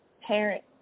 parent